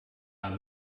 out